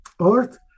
Earth